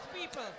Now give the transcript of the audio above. people